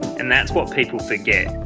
and that's what people forget.